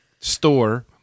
store